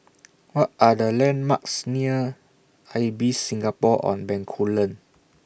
What Are The landmarks near Ibis Singapore on Bencoolen